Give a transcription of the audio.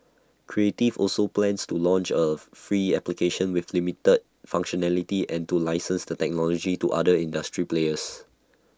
creative also plans to launch A free application with limited functionality and to license the technology to other industry players